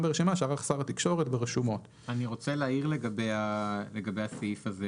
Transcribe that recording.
ברשימה שערך שר התקשורת ברשומות." אני רוצה להעיר על הסעיף הזה.